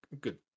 good